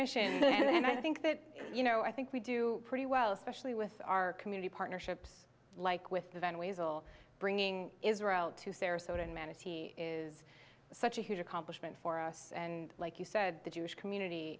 mission and i think that you know i think we do pretty well especially with our community partnerships like with van weasel bringing israel to sarasota and manatee he is such a huge accomplishment for us and like you said the jewish community